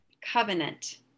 covenant